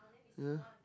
yea